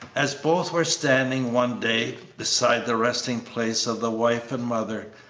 as both were standing one day beside the resting-place of the wife and mother,